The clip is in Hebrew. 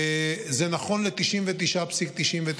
וזה נכון ל-99.99%.